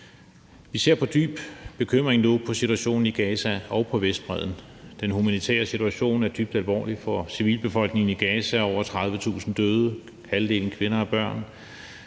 Vi ser nu med dyb bekymring på situationen i Gaza og på Vestbredden, den humanitære situation er dybt alvorligt for civilbefolkningen i Gaza. Der er over 30.000 døde, halvdelen er kvinder og børn,